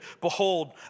behold